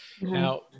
now